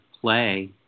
play